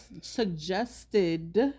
suggested